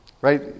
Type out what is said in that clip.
right